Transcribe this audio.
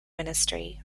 ministry